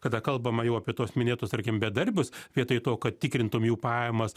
kada kalbama jau apie tuos minėtus tarkim bedarbius vietoj to kad tikrintum jų pajamas